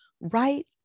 right